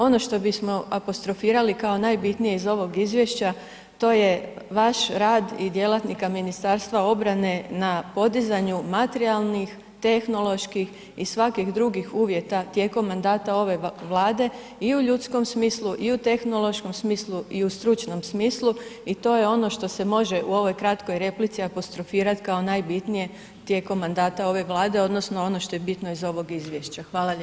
Ono što bismo apostrofirali kao najbitnije iz ovog izvješća to je vaš rad i djelatnika Ministarstva obrane na podizanju materijalnih, tehnoloških i svakih drugih uvjeta tijekom mandata ove Vlade i u ljudskom smislu i u tehnološkom smislu i u stručnom smislu i to je ono što se može u ovoj kratkoj replici apostrofirat kao najbitnije tijekom mandata ove Vlade odnosno ono što je bitno iz ovog izvješća.